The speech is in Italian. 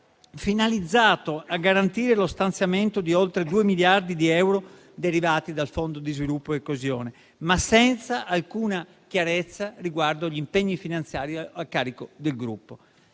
finalizzato a garantire lo stanziamento di oltre 2 miliardi di euro derivanti dal Fondo di sviluppo e di coesione, ma senza alcuna chiarezza sugli impegni finanziari a carico del gruppo